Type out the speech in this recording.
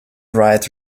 bright